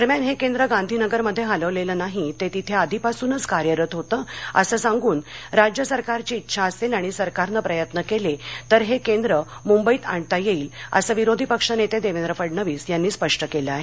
दरम्यान हे केंद्र गांधीनगर मध्ये हलवलेलं नाही ते तिथे आधीपासूनच कार्यरत होतं असं सांगून राज्य सरकारची ा उंछा असेल आणि सरकारनं प्रयत्न केले तर हे केंद्र मुंबईत आणता येईल असं विरोधी पक्ष नेते देवेंद्र फडणवीस यांनी स्पष्ट केलं आहे